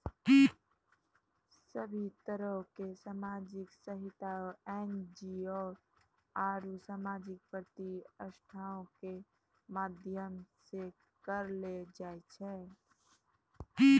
सभ्भे तरहो के समाजिक सहायता एन.जी.ओ आरु समाजिक प्रतिष्ठानो के माध्यमो से करलो जाय छै